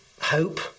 hope